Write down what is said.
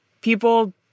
People